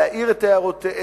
להעיר את הערותיהם,